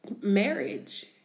marriage